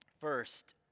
First